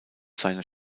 seiner